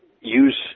use